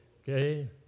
Okay